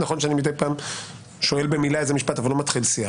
נכון שאני מדי פעם שואל במילה שאלה אבל לא מתחיל שיח.